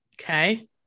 okay